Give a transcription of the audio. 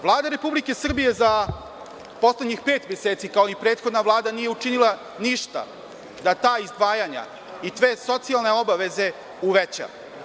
Vlada Republike Srbije za poslednjih pet meseci, kao i prethodna Vlada, nije učinila ništa da ta izdvajanja i te socijalne obaveze uveća.